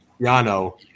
Yano